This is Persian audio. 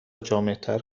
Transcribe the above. جامعتر